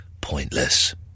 pointless